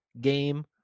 game